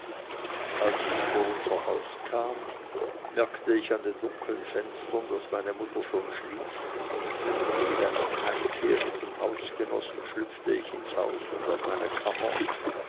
als ich vor unser haus kam merkte ich an den dunklen fenstern daß meine mutter schon schlief mit einem heimkehrenden hausgenossen schlüpfte ich ins haus und auf meine kammer